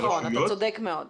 נכון, אתה צודק מאוד.